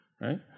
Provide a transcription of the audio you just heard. right